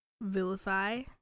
Vilify